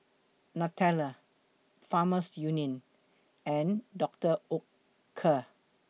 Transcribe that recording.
Nutella Farmers Union and Dr Oetker